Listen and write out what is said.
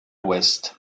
ouest